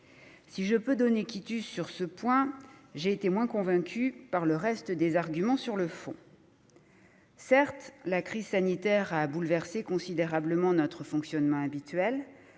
Si je peux donner quitus sur ce point, j'ai été moins convaincue par le reste des arguments sur le fond. Certes, la crise sanitaire a bouleversé considérablement notre fonctionnement habituel